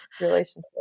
relationship